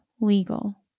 legal